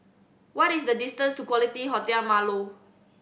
what is the distance to Quality Hotel Marlow